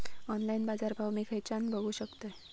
Online बाजारभाव मी खेच्यान बघू शकतय?